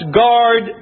guard